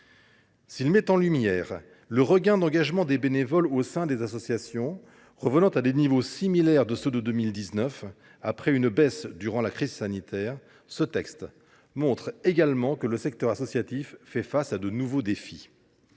S’il met en lumière le regain d’engagement des bénévoles au sein des associations, qui revient à des niveaux similaires à ceux de 2019, après une baisse durant la crise sanitaire, ce texte montre également que le secteur associatif fait face à de nouveaux défis,